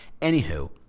Anywho